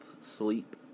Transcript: sleep